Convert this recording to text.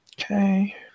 Okay